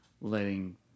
letting